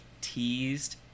teased